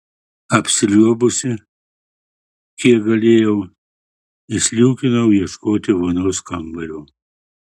apsiliuobusi kiek galėjau išsliūkinau ieškoti vonios kambario